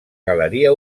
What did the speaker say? galeria